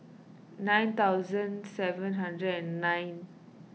nine thousand seven hundred and nine